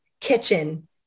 kitchen